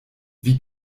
wie